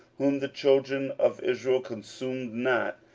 whom the children of israel consumed not,